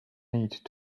need